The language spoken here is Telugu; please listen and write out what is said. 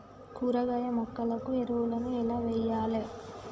కూరగాయ మొక్కలకు ఎరువులను ఎలా వెయ్యాలే?